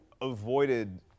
avoided